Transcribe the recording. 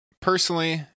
personally